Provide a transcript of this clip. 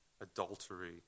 adultery